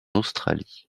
australie